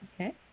Okay